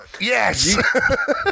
Yes